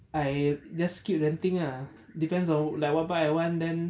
I just keep renting ah depends on like what bike I want then